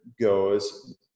goes